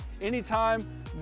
anytime